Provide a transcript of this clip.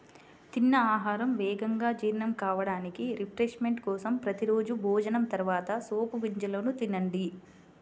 తిన్న ఆహారం వేగంగా జీర్ణం కావడానికి, రిఫ్రెష్మెంట్ కోసం ప్రతి రోజూ భోజనం తర్వాత సోపు గింజలను తినండి